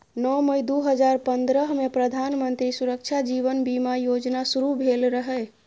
नौ मई दु हजार पंद्रहमे प्रधानमंत्री सुरक्षा जीबन बीमा योजना शुरू भेल रहय